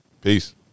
peace